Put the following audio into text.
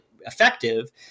effective